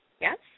Yes